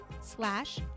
slash